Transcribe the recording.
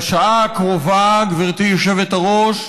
בשעה הקרובה, גברתי היושבת-ראש,